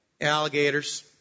alligators